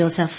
Joseph